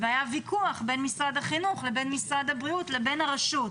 והיה ויכוח בין משרד החינוך לבין משרד הבריאות לבין הרשות.